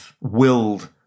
willed